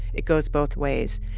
it goes both ways.